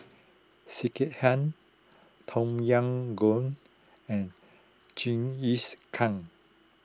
Sekihan Tom Yam Goong and Jingisukan